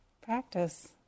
practice